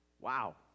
Wow